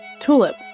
Tulip